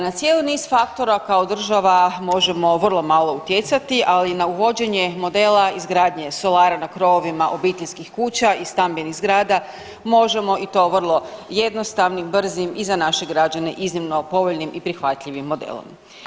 Na cijeli niz faktora kao država možemo vrlo malo utjecati, ali na uvođenje modela izgradnje solara na krovovima obiteljskih kuća i stambenih zgrada možemo i to vrlo jednostavnim, brzim i za naše građane iznimno povoljnim i prihvatljivim modelom.